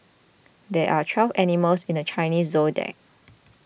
there are twelve animals in the Chinese zodiac